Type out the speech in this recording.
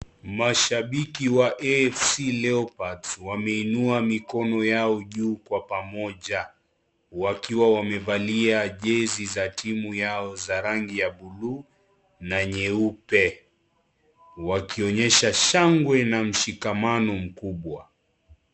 Mashabiki wa AFC Leopards. Wameinua mikono yao juu kwa pamoja. Wakiwa wamevalia jezi za timu yao za rangi ya buluu na nyeupe. Wakionyesha shangwe na mshikamano mkubwa.